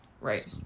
right